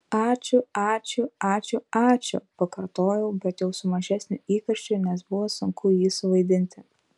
ačiū ačiū ačiū ačiū pakartojau bet jau su mažesniu įkarščiu nes buvo sunku jį suvaidinti